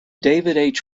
david